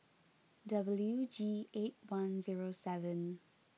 W G eight one zero seven